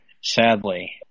Sadly